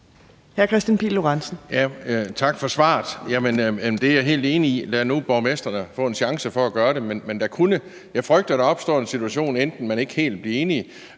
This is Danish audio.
Tak for svaret. Det er jeg helt enig i – lad nu borgmestrene få en chance for at gøre det. Men jeg frygter, at der opstår en situation, hvor man enten ikke bliver helt